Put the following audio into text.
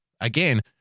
again